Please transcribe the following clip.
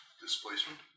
Displacement